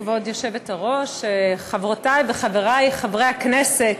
כבוד היושבת-ראש, חברותי וחברי חברי הכנסת,